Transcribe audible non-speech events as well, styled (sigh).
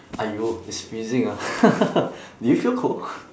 !aiyo! it's freezing ah (laughs) do you feel cold